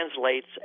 translates